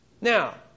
Now